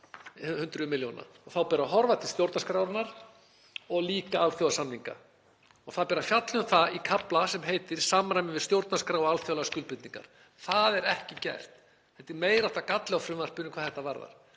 milljóna. Þá ber að horfa til stjórnarskrárinnar og líka til alþjóðasamninga og það ber að fjalla um það í kafla sem heitir Samræmi við stjórnarskrá og alþjóðlegar skuldbindingar. Það er ekki gert. Þetta er meiri háttar galli á frumvarpinu. Það er hvorki